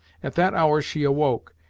at that hour she awoke,